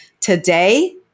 Today